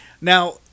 Now